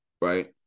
right